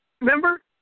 remember